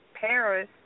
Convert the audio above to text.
Paris